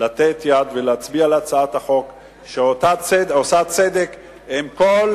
לתת יד ולהצביע בעד הצעת החוק שעושה צדק עם כל